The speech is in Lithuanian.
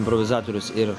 improvizatorius ir